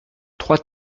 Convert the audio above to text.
trois